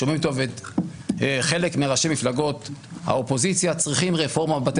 שומעים טוב את חלק מראשי המפלגות באופוזיציה צריך רפורמה בבתי